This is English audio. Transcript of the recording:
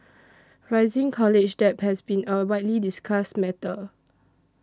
rising college debt has been a widely discussed matter